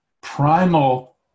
primal